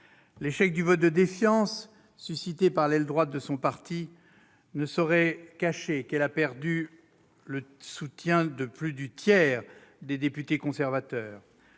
L'échec du vote de défiance suscité par l'aile droite de son parti ne saurait cacher qu'elle a perdu le soutien de plus du tiers des députés conservateurs.